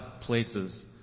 Places